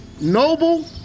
noble